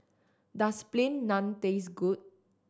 does Plain Naan taste good